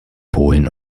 polen